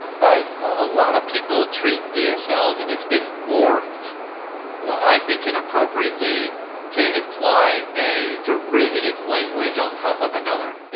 but a lot of people treat dsls and it's been morphed i think inappropriately to imply a derivative language on top of another,